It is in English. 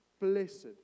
blessed